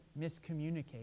miscommunicate